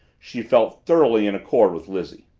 she felt thoroughly in accord with lizzie.